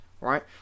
right